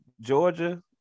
Georgia